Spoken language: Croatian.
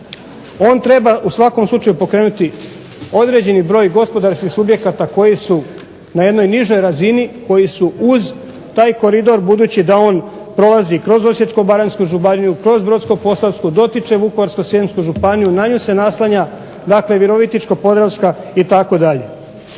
On treba u svakom slučaju pokrenuti određeni broj gospodarskih subjekata koji su na jednoj nižoj razini, koji su uz taj koridor budući da on prolazi kroz Osječko-baranjsku županiju, kroz Brodsko-posavsku, dotiče Vukovarsko-srijemsku županiju na nju se naslanja dakle Virovitičko-podravska itd.